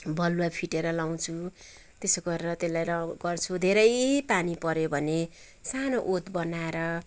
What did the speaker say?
बालुवा फिटेर लाउँछु त्यसो गरेर त्यसलाई र गर्छु धेरै पानी पऱ्यो भने सानो ओत बनाएर